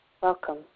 Welcome